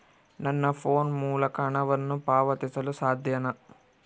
ನನ್ನ ಫೋನ್ ಮೂಲಕ ಹಣವನ್ನು ಪಾವತಿಸಲು ಸಾಧ್ಯನಾ?